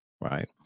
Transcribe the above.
right